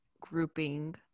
grouping